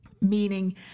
meaning